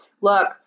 look